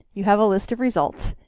you have a list of results,